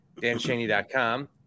danshaney.com